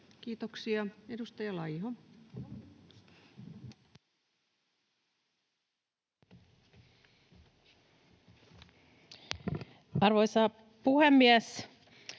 Kiitoksia. — Edustaja Laiho. Arvoisa puhemies!